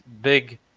big